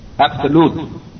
absolute